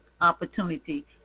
opportunity